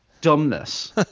dumbness